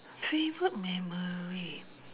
favourite memory